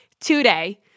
today